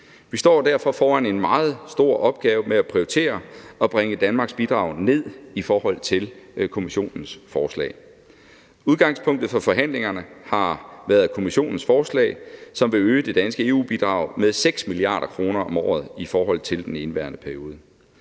vi står derfor foran en meget stor opgave med at prioritere og bringe Danmarks bidrag ned i forhold til Kommissionens forslag. Udgangspunktet for forhandlingerne har været Kommissionens forslag, som vil øge det danske EU-bidrag med 6 mia. kr. om året i forhold til den indeværende periode.